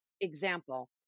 example